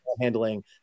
handling